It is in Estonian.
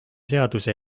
seaduse